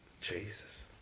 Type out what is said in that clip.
Jesus